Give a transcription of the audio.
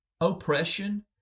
oppression